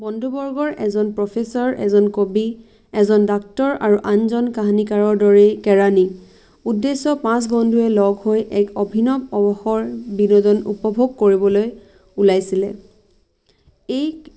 বন্ধুবৰ্গৰ এজন প্ৰফেচাৰ এজন কবি এজন ডাক্টৰ আৰু আনজন কাহানীকাৰৰ দৰেই কেৰাণী উদ্দেশ্য পাঁচ বন্ধুৱে লগ হৈ এক অভিনৱ অৱসৰ বিনোদন উপভোগ কৰিবলৈ ওলাইছিলে এই